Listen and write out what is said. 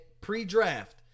pre-draft